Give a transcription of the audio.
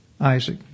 Isaac